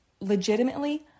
legitimately